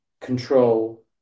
control